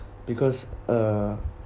because uh